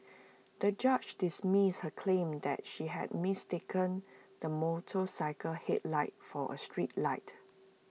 the judge dismissed her claim that she had mistaken the motorcycle's headlight for A street light